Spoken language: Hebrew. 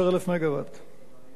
לא היום?